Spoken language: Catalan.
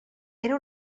era